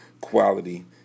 quality